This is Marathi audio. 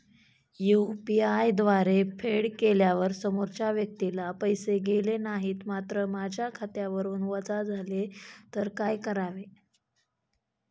यु.पी.आय द्वारे फेड केल्यावर समोरच्या व्यक्तीला पैसे गेले नाहीत मात्र माझ्या खात्यावरून वजा झाले तर काय करावे?